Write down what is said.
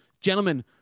Gentlemen